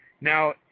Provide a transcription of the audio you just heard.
Now